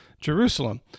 Jerusalem